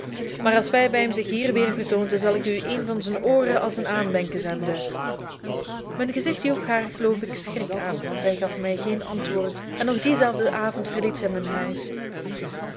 maar als fairbaim zich hier weer vertoont zal ik u een van zijn ooren als een aandenken zenden mijn gezicht joeg haar geloof ik schrik aan want zij gaf mij geen antwoord en nog dienzelfden avond verliet zij mijn huis